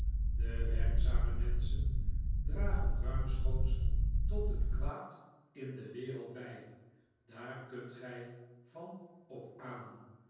de werkzame menschen dragen ruimschoots tot het kwaad in de wereld bij daar kunt gij van op aan